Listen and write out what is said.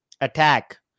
attack